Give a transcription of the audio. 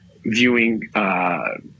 viewing